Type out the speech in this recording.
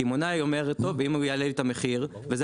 קמעונאי אומר טוב אם הוא יעלה לי את המחיר וזה